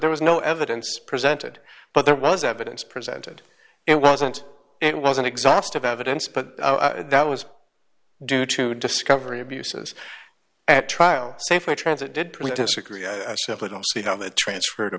there was no evidence presented but there was evidence presented it wasn't it wasn't exhaustive evidence but that was due to discovery abuses at trial say for transit did we disagree i simply don't see how that transferred a